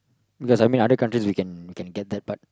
yes I mean other country also can can get that but